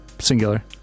Singular